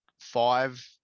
five